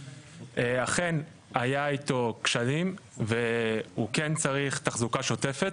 אכן, היה איתו כשלים, והוא כן צריך תחזוקה שוטפת.